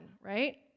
Right